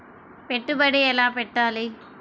పెట్టుబడి ఎలా పెట్టాలి?